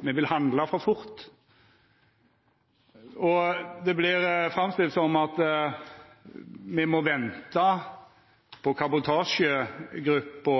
me vil handla for fort. Det vert framstilt som at me må venta på kabotasjegruppa,